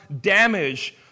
damage